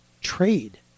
trade